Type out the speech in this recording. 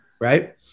right